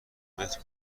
متر